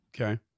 Okay